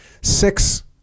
six